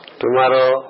Tomorrow